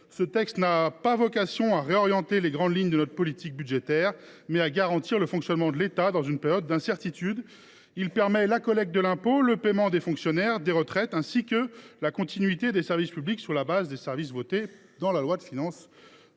Ce texte a vocation non pas à réorienter les grandes lignes de notre politique budgétaire, mais à garantir le fonctionnement de l’État dans une période d’incertitude. Il permet la collecte de l’impôt, le paiement des fonctionnaires et des pensions de retraite et la continuité des services publics, sur la base des services votés pour 2024. Un tel